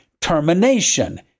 termination